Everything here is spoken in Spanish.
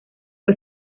fue